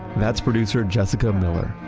that's producer jessica miller,